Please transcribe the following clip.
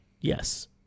Yes